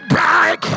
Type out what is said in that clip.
back